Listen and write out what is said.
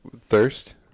thirst